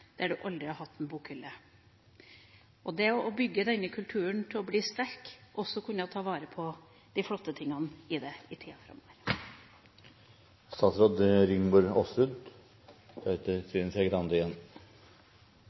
der det aldri har vært en bokhylle. Vi må bygge denne kulturen til å bli sterk og også til å kunne ta vare på de flotte tingene i den i tida framover. La meg først takke representanten Skei Grande